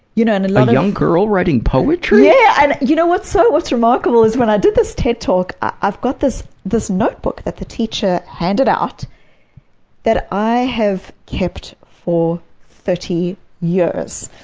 you know and and like young girl writing poetry! yeah, and you know what's so what's remarkable is, when i did this ted talk, i've got this this notebook that the teacher handed out that i have kept for thirty years.